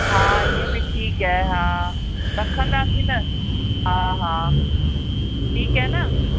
हा इहा बि ठीकु है हा रखंदासीं न हा हा ठीकु है न